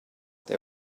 they